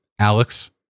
Alex